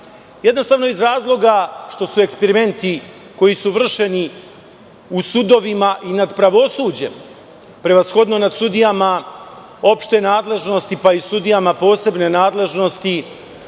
Jednostavno iz razloga što su eksperimenti koji su vršeni u sudovima i nad pravosuđem prevashodno nad sudijama opšte nadležnosti pa i sudijama posebne nadležnosti,